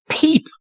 peep